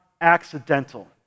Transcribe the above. accidental